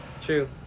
True